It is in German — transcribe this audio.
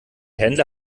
händler